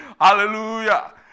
hallelujah